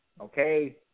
okay